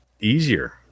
easier